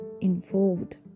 involved